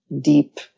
deep